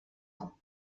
ans